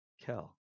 Kel